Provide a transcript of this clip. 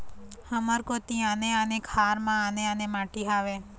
हमर कोती आने आने खार म आने आने माटी हावे?